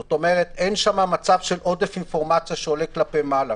זאת אומרת אין עודף אינפורמציה שעולה כלפי מעלה.